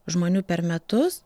žmonių per metus